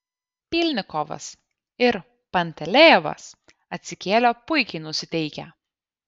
pylnikovas ir pantelejevas atsikėlė puikiai nusiteikę